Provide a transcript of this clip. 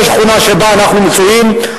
בשכונה שבה אנחנו מצויים,